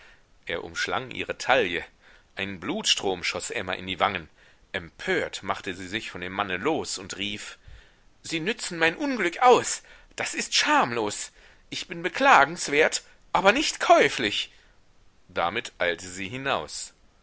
er umschlang ihre taille ein blutstrom schoß emma in die wangen empört machte sie sich von dem manne los und rief sie nützen mein unglück aus das ist schamlos ich bin beklagenswert aber nicht käuflich damit eilte sie hinaus